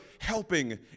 helping